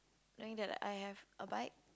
knowing that I have a bike